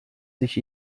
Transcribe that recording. sich